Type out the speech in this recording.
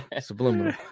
Subliminal